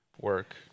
work